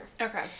Okay